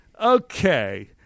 okay